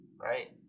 right